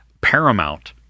Paramount